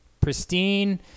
pristine